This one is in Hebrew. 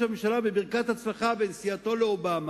הממשלה בברכת הצלחה בנסיעתו לאובמה,